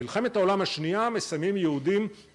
מלחמת העולם השנייה מסיימים יהודים